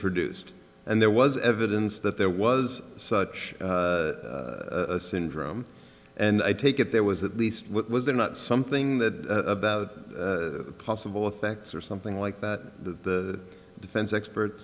produced and there was evidence that there was such a syndrome and i take it there was at least what was there not something that about a possible affects or something like that the defense expert